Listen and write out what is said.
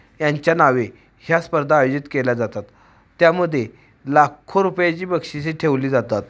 यांच्या नावे ह्या स्पर्धा आयोजित केल्या जातात त्यामध्ये लाखो रुपयाची बक्षीसे ठेवली जातात